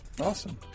Awesome